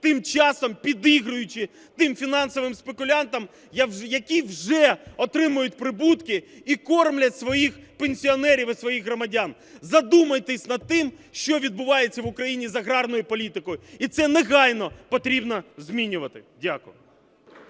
тим часом підігруючи тим фінансовим спекулянтам, які вже отримують прибутки і кормлять своїх пенсіонерів і своїх громадян. Задумайтесь над тим, що відбувається в Україні з аграрною політикою, і це негайно потрібно змінювати. Дякую.